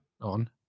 on